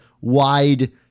wide